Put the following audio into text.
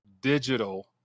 digital